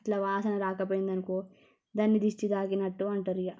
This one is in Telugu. ఎట్లా వాసన రాకపోయింది అనుకో దాన్ని దిష్టి తాకినట్టు అంటారు ఇగ